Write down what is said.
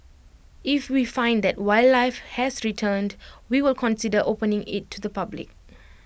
if we find that wildlife has returned we will consider opening IT to the public